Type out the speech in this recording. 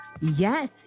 Yes